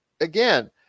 again